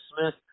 Smith